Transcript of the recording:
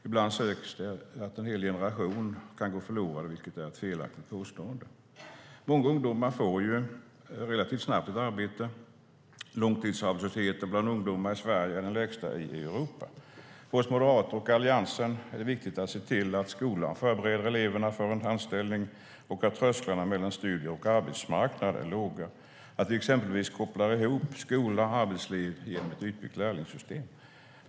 Ibland sägs det att en hel generation kan gå förlorad, vilket är ett felaktigt påstående. Många ungdomar får relativt snabbt ett arbete. Långtidsarbetslösheten bland ungdomar i Sverige är den lägsta i Europa. För oss moderater och för Alliansen är det viktigt att se till att skolan förbereder eleverna för en anställning och att trösklarna mellan studier och arbetsmarknad är låga, till exempel genom att vi kopplar ihop skola och arbetsliv genom ett utbyggt lärlingssystem.